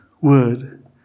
word